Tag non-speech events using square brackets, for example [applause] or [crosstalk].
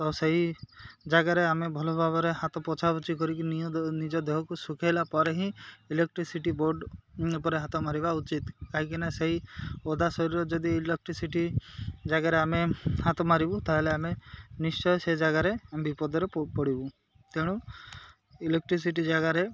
ତ ସେଇ ଜାଗାରେ ଆମେ ଭଲ ଭାବରେ ହାତ ପୋଛା ପୋଛିି କରିକିନି [unintelligible] ନିଜ ଦେହକୁ ଶୁଖେଇଲା ପରେ ହିଁ ଇଲେକ୍ଟ୍ରିସିଟି ବୋର୍ଡ଼ ଉପରେ ହାତ ମାରିବା ଉଚିତ୍ କାହିଁକିନା ସେଇ ଓଦା ଶରୀର ଯଦି ଇଲେକ୍ଟ୍ରିସିଟି ଜାଗାରେ ଆମେ ହାତ ମାରିବୁ ତା'ହେଲେ ଆମେ ନିଶ୍ଚୟ ସେ ଜାଗାରେ ବିପଦରେ ପଡ଼ିବୁ ତେଣୁ ଇଲେକ୍ଟ୍ରିସିଟି ଜାଗାରେ